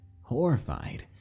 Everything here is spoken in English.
horrified